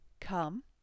come